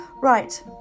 Right